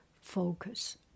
Focus